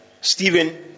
Stephen